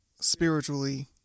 spiritually